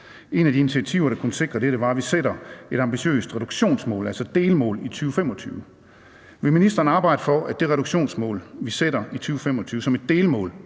Et af de initiativer, der kunne sikre dette, var, at vi sætter et ambitiøst reduktionsmål, altså delmål, i 2025. Vil ministeren arbejde for, at det reduktionsmål, vi sætter i 2025 som et delmål